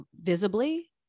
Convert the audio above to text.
visibly